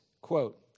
quote